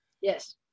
Yes